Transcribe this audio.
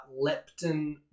leptin